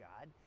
God